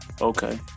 Okay